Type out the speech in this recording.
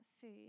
food